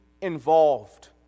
involved